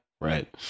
Right